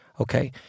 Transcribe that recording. okay